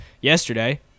yesterday